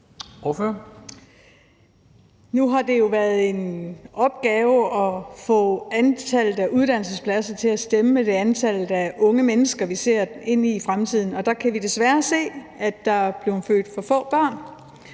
Nu har det jo været en opgave at få antallet af uddannelsespladser til at stemme med det antal unge mennesker, vi ser ind i i fremtiden, og der kan vi desværre se, at der er blevet født for få børn,